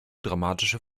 dramatische